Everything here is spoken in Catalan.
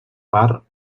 part